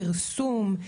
פרסום,